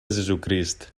jesucrist